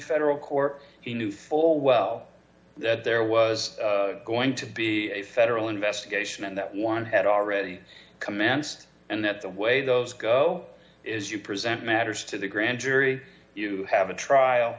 federal court he knew full well that there was going to be a federal investigation and that one had already commenced and that the way those go is you present matters to the grand jury you have a trial